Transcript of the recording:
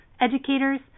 educators